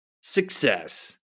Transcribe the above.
success